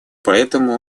поэтому